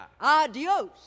Adios